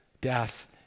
death